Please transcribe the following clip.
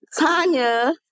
Tanya